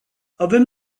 avem